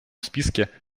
списке